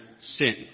sin